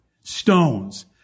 Stones